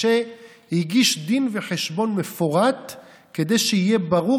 משה הגיש דין וחשבון מפורט כדי שיהיה ברור